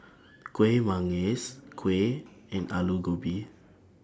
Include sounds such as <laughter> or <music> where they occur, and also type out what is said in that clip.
<noise> Kueh Manggis Kuih and Aloo Gobi